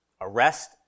arrest